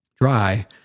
dry